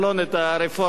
את הרפורמות.